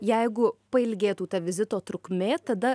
jeigu pailgėtų ta vizito trukmė tada